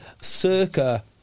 Circa